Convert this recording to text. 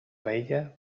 vella